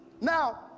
now